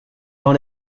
dans